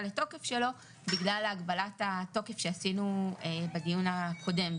לתוקף שלו בגלל הגבלת התוקף שעשינו בדיון הקודם,